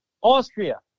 Austria